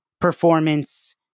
performance